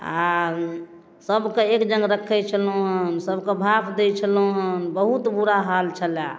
आओर सबके एक जङ्ग रखै छलहुँ हँ सबके भाप दै छलहुँ हँ बहुत बुरा हाल छलै